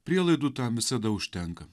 prielaidų tam visada užtenka